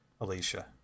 Alicia